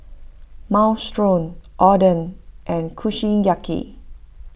Minestrone Oden and Kushiyaki